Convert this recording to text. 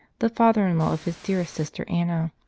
the father-in-law of his dearest sister anna.